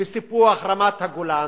בסיפוח רמת-הגולן.